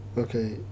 Okay